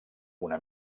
una